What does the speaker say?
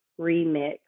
remix